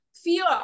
fear